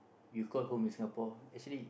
you call home in Singapore actually